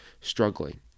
struggling